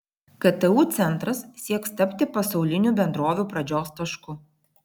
ktu centras sieks tapti pasaulinių bendrovių pradžios tašku